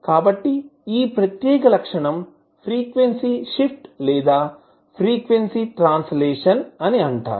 కాబట్టి ఈ ప్రత్యేక లక్షణం ఫ్రీక్వెన్సీ షిఫ్ట్ లేదా ఫ్రీక్వెన్సీ ట్రాన్స్లేషన్ అంటారు